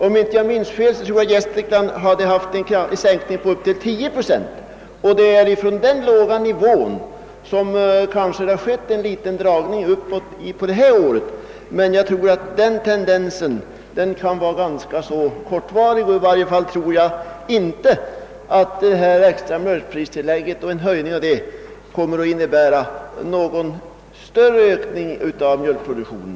Om jag inte minns fel, hade Gästrikland som årsgenomisnitt en sänkning med 10 procent; om det nu från den låga nivån är en liten dragning uppåt Iså är det inget oroande. Jag tror emellertid att den tendensen kan bli ganska kortvarig, och i varje fall tror jag inte att en höjning av det extra mjölkpristillägget kommer att medföra någon större ökning av mjölkproduktionen.